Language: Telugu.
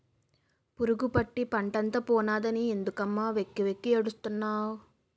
పురుగుపట్టి పంటంతా పోనాదని ఎందుకమ్మ వెక్కి వెక్కి ఏడుస్తున్నావ్